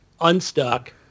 unstuck